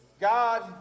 God